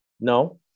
no